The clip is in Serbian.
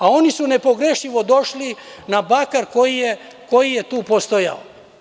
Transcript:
Oni su nepogrešivo došli na bakar koji je tu postojao.